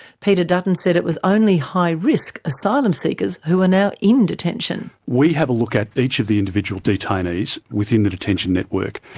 peter dutton said it was only high risk asylum seekers who were now in detention. we have a look at each of the individual detainees within the detention network.